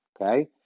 Okay